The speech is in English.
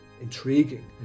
intriguing